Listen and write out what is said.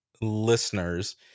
listeners